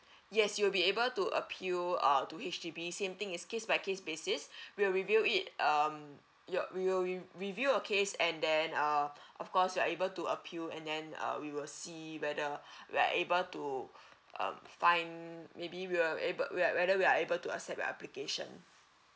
yes you'll be able to appeal uh to H_D_B same thing is case by case basis we'll review it um you we will re~ review a case and then uh of course you are able to appeal and then uh we will see whether we are able to um find maybe we will able we are whether we are able to accept your application